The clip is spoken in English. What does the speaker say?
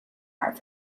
art